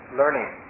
learning